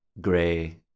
gray